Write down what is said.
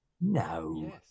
No